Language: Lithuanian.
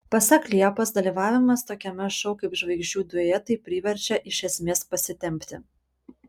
pasak liepos dalyvavimas tokiame šou kaip žvaigždžių duetai priverčia iš esmės pasitempti